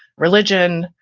religion,